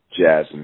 jazz